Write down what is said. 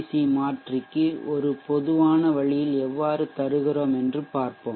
C மாற்றிக்கு ஒரு பொதுவான வழியில் எவ்வாறு தருகிறோம் என்று பார்ப்போம்